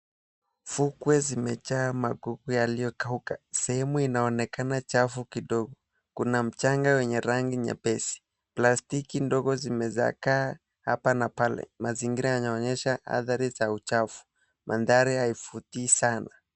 Fukwe zimejaa magugu yaliyokauka. Sehemu inaonekana chafu kidogo. Kuna mchanga wenye rangi nyepesi. Plastiki ndogo zimezagaa hapa na pale. Mazingira yanaonyesha athari za uchafu. Mandhari haivutii sana.